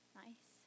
nice